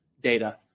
data